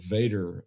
Vader